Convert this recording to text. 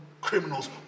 criminals